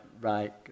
right